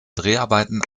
dreharbeiten